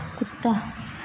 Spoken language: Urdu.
کتا